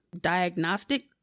diagnostic